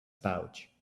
pouch